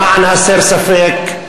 למען הסר ספק,